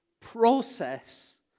process